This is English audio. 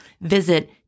Visit